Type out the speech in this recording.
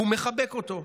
והוא מחבק אותו,